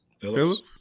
Phillips